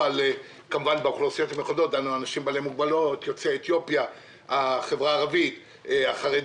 באוכלוסייה הרבה יותר גדול מכל מגזר אחר שעשו